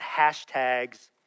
hashtags